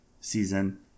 season